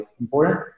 important